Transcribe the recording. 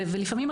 ולפעמים,